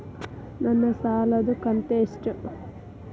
ನನ್ನ ಸಾಲದು ಕಂತ್ಯಷ್ಟು?